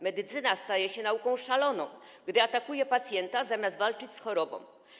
Medycyna staje się nauką szaloną, gdy atakuje pacjenta zamiast walczyć z chorobą.